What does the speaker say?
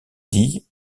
est